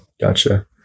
Gotcha